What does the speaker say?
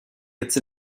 jetzt